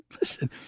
Listen